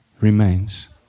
remains